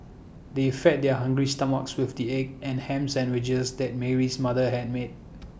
they fed their hungry stomachs with the egg and Ham Sandwiches that Mary's mother had made